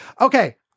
Okay